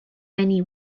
many